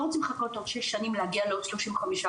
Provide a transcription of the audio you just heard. רוצים לחכות עוד שש שנים להגיע לעוד 35%,